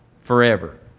forever